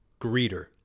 greeter